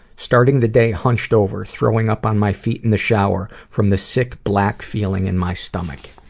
starting the day hunched over, throwing up on my feet in the shower from the sick black feeling in my stomach.